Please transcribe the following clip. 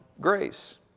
grace